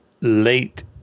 late